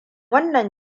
wannan